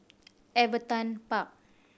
Everton Park